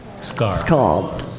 Scars